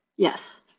Yes